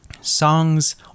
songs